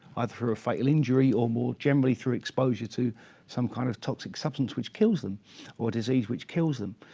either for a fatal injury or, more generally, through exposure to some kind of toxic substance which kills them or disease which kills them.